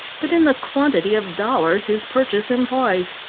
but in the quantity of dollars his purchase implies.